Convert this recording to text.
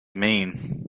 mean